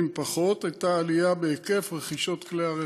פחות הייתה עלייה בהיקף רכישת כלי רכב.